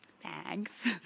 Thanks